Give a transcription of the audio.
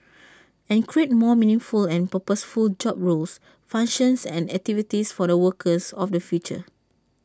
and create more meaningful and purposeful job roles functions and activities for the workers of the future